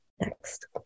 next